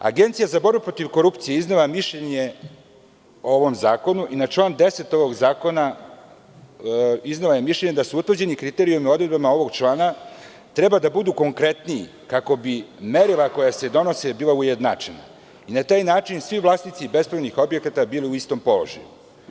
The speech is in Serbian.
Agencija za borbu protiv korupcije iznela je mišljenje o ovom zakonu i na član 10. ovog zakona iznela je mišljenje da su utvrđeni kriterijumi odredbama ovog člana trebali da budu konkretniji kako bi merila koja se donose bila ujednačena i na taj način svi vlasnici bespravnih objekata bili u istom položaju.